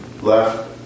Left